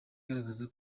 igaragaza